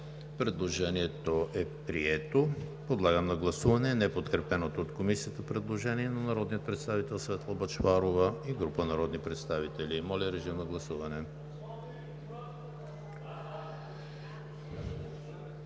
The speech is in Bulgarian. Предложението е прието. Подлагам на гласуване неподкрепеното предложение на народния представител Светла Бъчварова и група народни представители. Гласували